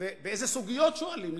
ובאילו סוגיות שואלים.